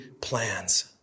plans